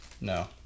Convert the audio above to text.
No